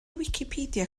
wicipedia